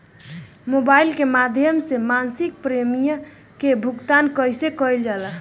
Mobile के माध्यम से मासिक प्रीमियम के भुगतान कैसे कइल जाला?